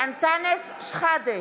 אנטאנס שחאדה,